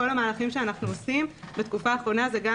המהלכים שאנחנו עושים בתקופה האחרונה הם גם,